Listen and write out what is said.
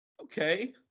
Okay